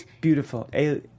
beautiful